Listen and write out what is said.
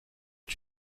ont